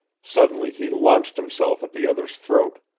suddenly he launched himself at the other's throat.